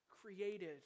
created